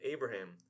Abraham